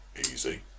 easy